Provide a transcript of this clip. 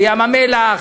בים-המלח,